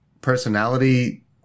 personality